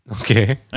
Okay